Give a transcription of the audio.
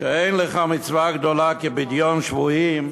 ש"אין לך מצווה גדולה כפדיון שבויים".